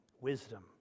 wisdom